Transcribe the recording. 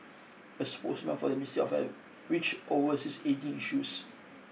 a spokesman for the which oversees ageing issues